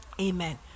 amen